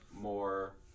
more